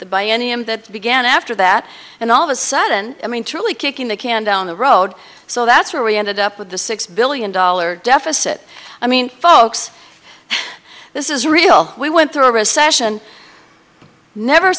buy any of that began after that and all of a sudden i mean truly kicking the can down the road so that's where we ended up with a six billion dollar deficit i mean folks this is real we went through a recession never